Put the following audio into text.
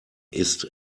ist